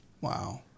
Wow